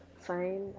fine